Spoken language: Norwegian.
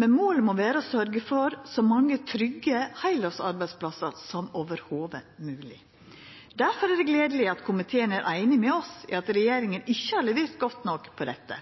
men målet må vera å sørgja for så mange trygge heilårsarbeidsplassar som i det heile mogleg. Difor er det gledeleg at komiteen er einig med oss i at regjeringa ikkje har levert godt nok på dette,